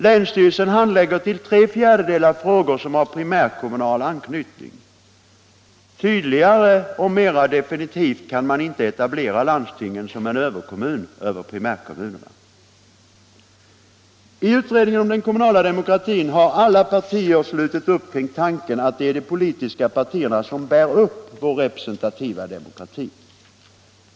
Länsstyrelsen handlägger till tre fjärdedelar frågor som har primärkommunal anknytning. Tydligare och mera definitivt kan man inte etablera landstinget som en överkommun över primärkommunerna. I utredningen om den kommunala demokratin har alla partier slutit upp kring tanken att det är de politiska partierna som bär upp vår representativa demokrati.